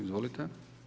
Izvolite.